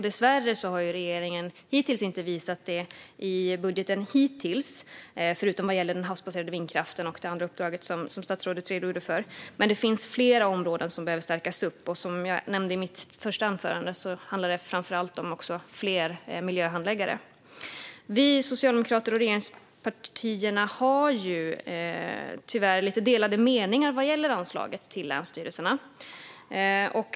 Dessvärre har regeringen inte visat det i budgeten hittills, förutom vad gäller den havsbaserade vindkraften och det andra uppdraget som statsrådet redogjorde för. Men det finns flera områden som behöver stärkas upp, och som jag nämnde i mitt första anförande handlar det framför allt också om fler miljöhandläggare. Vi socialdemokrater och regeringspartierna har tyvärr delade meningar vad gäller anslaget till länsstyrelserna.